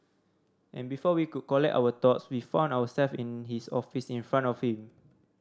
and before we could collect our thoughts we found ourselves in his office in front of him